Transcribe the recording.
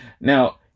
Now